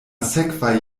sekvaj